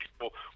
people